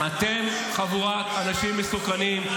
אתם חבורת אנשים מסוכנים.